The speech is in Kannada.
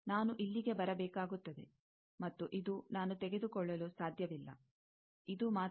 ನಾನು ಇಲ್ಲಿಗೆ ಬರಬೇಕಾಗುತ್ತದೆ ಮತ್ತು ಇದು ನಾನು ತೆಗೆದುಕೊಳ್ಳಲು ಸಾಧ್ಯವಿಲ್ಲ ಇದು ಮಾತ್ರ